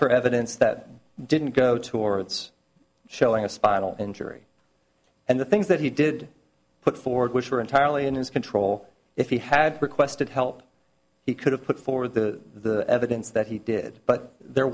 for evidence that didn't go towards showing a spinal injury and the things that he did put forward which were entirely in his control if he had requested help he could have put forward the evidence that he did but there